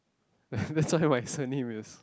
that so wisening with